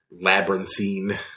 Labyrinthine